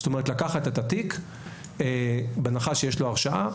זאת אומרת לקחת את התיק בהנחה שיש לו הרשעה